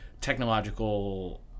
technological